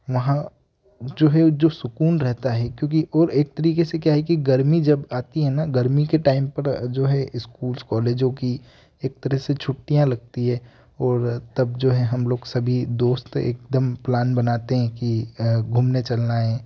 वहाँ जो है जो सुकून रहता है क्योंकि और एक तरीके से क्या है कि गर्मी जब आती है ना गर्मी के टाइम पर जो है स्कूल्स कॉलेजों की एक तरह से छुट्टियाँ लगती हैं और तब जो है हम लोग सभी दोस्त एकदम प्लान बनाते हैं कि घूमने चलना है